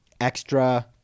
extra